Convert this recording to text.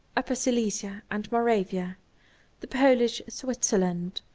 upper silesia and moravia the polish switzerland.